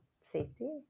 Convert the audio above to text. safety